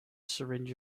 syringe